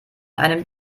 einem